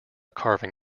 carving